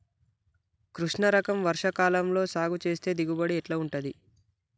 కృష్ణ రకం వర్ష కాలం లో సాగు చేస్తే దిగుబడి ఎట్లా ఉంటది?